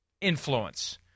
influence